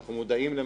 אני יודע שיש.